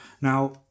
Now